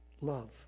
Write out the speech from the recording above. Love